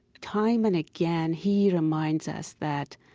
time and again, he reminds us that